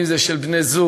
אם זה של בני-זוג,